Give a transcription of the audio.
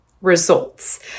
results